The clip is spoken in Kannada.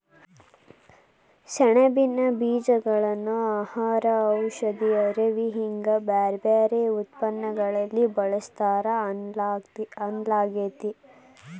ಸೆಣಬಿನ ಬೇಜಗಳನ್ನ ಆಹಾರ, ಔಷಧಿ, ಅರವಿ ಹಿಂಗ ಬ್ಯಾರ್ಬ್ಯಾರೇ ಉತ್ಪನ್ನಗಳಲ್ಲಿ ಬಳಸ್ತಾರ ಅನ್ನಲಾಗ್ತೇತಿ